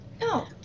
No